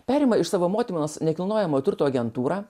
perima iš savo motinos nekilnojamo turto agentūrą